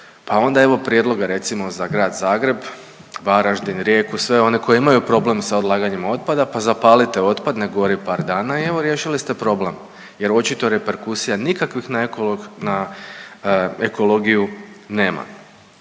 Pa onda evo prijedloga recimo za grad Zagreb, Varaždin, Rijeku sve one koji imaju problem sa odlaganjem otpada, pa zapalite otpad, nek gori par dana i evo riješili ste problem, jer očito reperkusija nikakvih na ekolog…, na